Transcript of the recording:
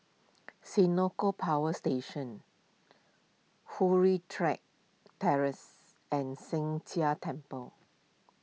Senoko Power Station Hurray Check Terrace and Sheng Jia Temple